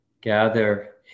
gather